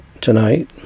tonight